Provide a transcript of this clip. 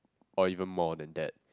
or even more than that